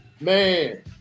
Man